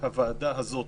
שהוועדה הזאת